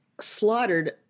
slaughtered